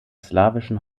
slawischen